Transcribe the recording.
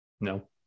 No